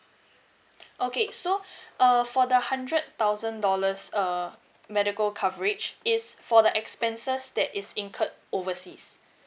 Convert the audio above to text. okay so uh for the hundred thousand dollars err medical coverage is for the expenses that is incurred overseas